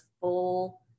full